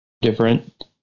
different